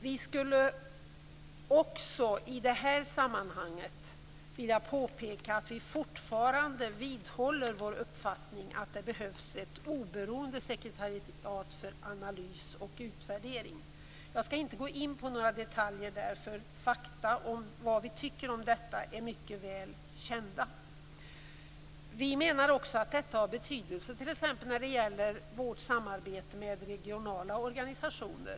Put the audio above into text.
Vi skulle också i detta sammanhang vilja påpeka att vi fortfarande vidhåller vår uppfattning att det behövs ett oberoende sekretariat för analys och utvärdering. Jag skall inte gå in på några detaljer där. Fakta om vad vi tycker om detta är mycket väl kända. Vi menar också att detta har betydelse t.ex. när det gäller vårt samarbete med regionala organisationer.